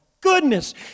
goodness